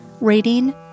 Rating